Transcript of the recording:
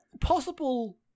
possible